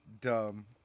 dumb